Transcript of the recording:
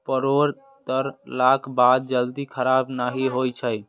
परोर तोड़लाक बाद जल्दी खराब नहि होइ छै